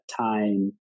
time